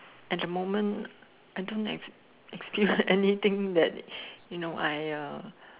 at the moment I don't ex~ experience anything that you know I uh